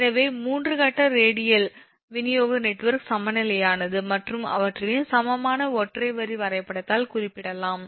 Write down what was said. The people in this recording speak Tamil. எனவே 3 கட்ட ரேடியல் விநியோக நெட்வொர்க் சமநிலையானது மற்றும் அவற்றின் சமமான ஒற்றை வரி வரைபடத்தால் குறிப்பிடப்படலாம்